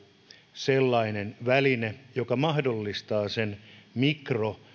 sellainen väline joka mahdollistaa sen mikro